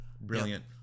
Brilliant